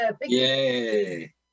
Yay